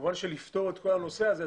כמובן שלפתור את כל הנושא הזה,